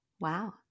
Wow